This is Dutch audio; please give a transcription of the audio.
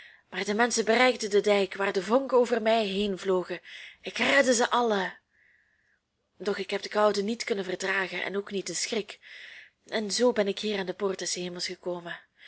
maar de menschen bereikten den dijk waar de vonken over mij heenvlogen ik redde ze allen doch ik heb de koude niet kunnen verdragen en ook niet den schrik en zoo ben ik hier aan de poort des hemels gekomen